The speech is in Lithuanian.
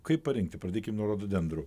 kaip parinkti pradėkim nuo rododendrų